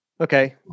okay